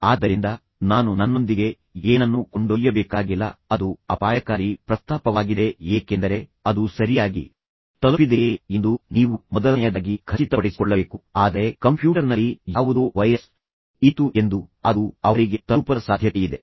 ಆದ್ದರಿಂದ ನಾನು ನನ್ನೊಂದಿಗೆ ಏನನ್ನೂ ಕೊಂಡೊಯ್ಯಬೇಕಾಗಿಲ್ಲ ಅದು ಅಪಾಯಕಾರಿ ಪ್ರಸ್ತಾಪವಾಗಿದೆ ಏಕೆಂದರೆ ಅದು ಸರಿಯಾಗಿ ತಲುಪಿದೆಯೇ ಎಂದು ನೀವು ಮೊದಲನೆಯದಾಗಿ ಖಚಿತಪಡಿಸಿಕೊಳ್ಳಬೇಕು ಆದರೆ ಕಂಪ್ಯೂಟರ್ನಲ್ಲಿ ಯಾವುದೋ ವೈರಸ್ ಇತ್ತು ಎಂದು ಅದು ಅವರಿಗೆ ತಲುಪದ ಸಾಧ್ಯತೆಯಿದೆ